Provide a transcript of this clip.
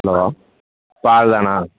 hello பால் தானா